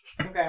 Okay